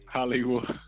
Hollywood